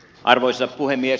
arvoisa puhemies